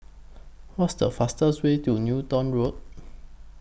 What's The fastest Way to Newton Road